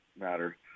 matter